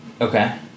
Okay